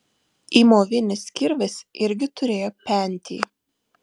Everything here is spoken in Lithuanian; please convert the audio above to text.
įmovinis kirvis irgi turėjo pentį